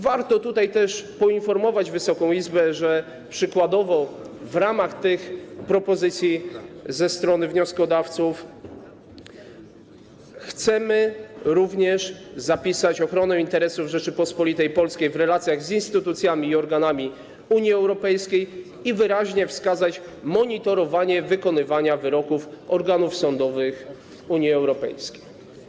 Warto też poinformować Wysoką Izbę, że przykładowo w ramach tych propozycji ze strony wnioskodawców chcemy również zapisać ochronę interesów Rzeczypospolitej Polskiej w relacjach z instytucjami i organami Unii Europejskiej i wyraźnie wskazać monitorowanie wykonywania wyroków organów sądowych Unii Europejskiej.